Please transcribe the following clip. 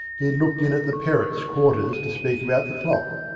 he had looked in at the perrotts' quarters to speak about the clock.